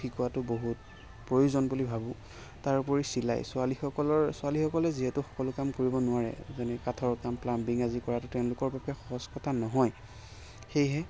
শিকোৱাতো বহুত প্ৰয়োজন বুলি ভাবো তাৰ উপৰি চিলাই ছোৱালীসকলৰ ছোৱালীসকলে যিহেতু সকলো কাম কৰিব নোৱাৰে যেনে কাঠৰ কাম প্লাম্বিং আদি কৰাতো তেওঁলোকৰ বাবে সহজ কথা নহয় সেয়েহে